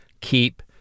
keep